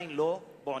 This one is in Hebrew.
שעדיין לא פוענחו?